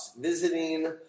visiting